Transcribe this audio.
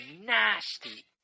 nasty